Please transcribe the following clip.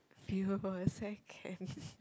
we've about a second